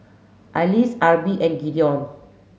Alys Arbie and Gideon